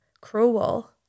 cruel